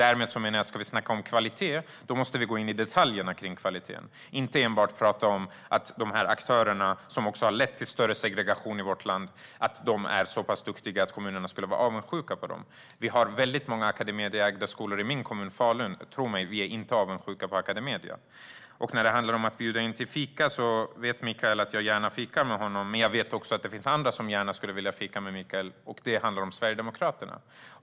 Därmed menar jag att om vi ska snacka om kvalitet måste vi gå in i detaljerna kring kvaliteten och inte enbart prata om att de privata aktörerna, som också har lett till större segregation i vårt land, är så pass duktiga att kommunerna skulle vara avundsjuka på dem. Vi har väldigt många Academediaägda skolor i min kommun, Falun. Tro mig, vi är inte avundsjuka på Academedia! När det handlar om att bjuda in till fika vet Michael att jag gärna fikar med honom. Men jag vet att det finns andra som gärna skulle vilja fika med Michael, och det är Sverigedemokraterna.